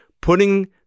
putting